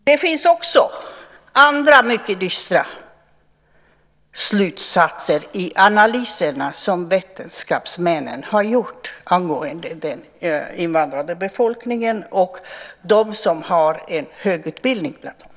Det finns också andra mycket dystra slutsatser i de analyser som vetenskapsmännen har gjort angående den invandrade befolkningen och de som har en hög utbildning bland dem.